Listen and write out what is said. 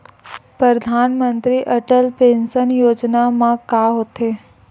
परधानमंतरी अटल पेंशन योजना मा का होथे?